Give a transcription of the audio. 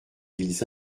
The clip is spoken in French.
ils